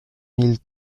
mille